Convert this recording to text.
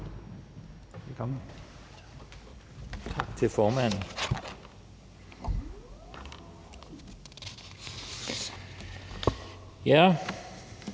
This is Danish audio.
Ja.